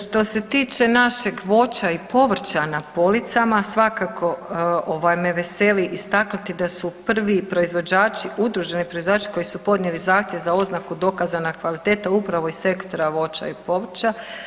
Što se tiče našeg voća i povrća na policama svakako ovaj me veseli istaknuti da su prvi proizvođači, udruženi proizvođači koji su podnijeli zahtjev za oznaku dokaza na kvalitetu upravo iz sektora voća i povrća.